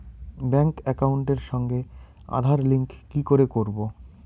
Bank একাউন্টের সঙ্গে Aadhaar link কি করে করবো?